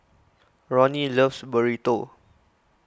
Ronnie loves Burrito